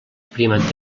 prima